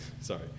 Sorry